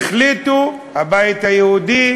החליטו, הבית היהודי